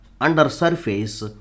undersurface